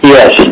Yes